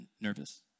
nervous